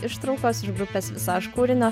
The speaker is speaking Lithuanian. ištraukos iš grupės visaž kūrinio